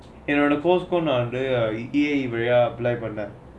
you know the postpone ஆனது:aanathu E_A_I வழிய:valiya apply பண்ணே:pannae